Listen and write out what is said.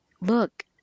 look